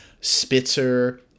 Spitzer